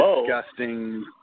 disgusting